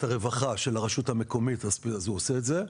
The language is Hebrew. הרווחה של הרשות המקומית אז הוא עושה את זה.